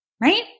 right